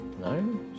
No